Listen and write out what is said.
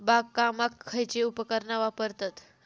बागकामाक खयची उपकरणा वापरतत?